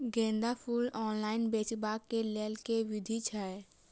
गेंदा फूल ऑनलाइन बेचबाक केँ लेल केँ विधि छैय?